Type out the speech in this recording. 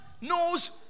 knows